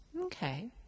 Okay